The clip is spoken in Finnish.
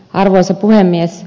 arvoisa puhemies